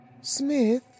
Smith